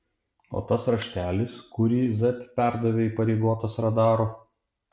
o tas raštelis kurį z perdavė įpareigotas radaro